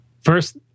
First